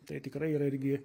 tai tikrai yra irgi